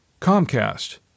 Comcast